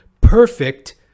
perfect